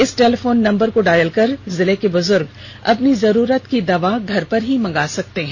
इस telephone number को dial कर जिले के बुजुर्ग अपनी जरुरत की दवा घर पर ही मंगा सकते हैं